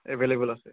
available আছে